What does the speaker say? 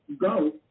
go